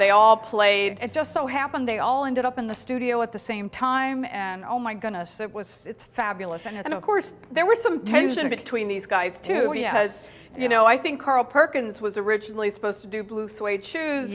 they all played it just so happened they all ended up in the studio at the same time and oh my goodness that was fabulous and of course there were some tension between these guys too as you know i think carl perkins was originally supposed to do blue suede shoes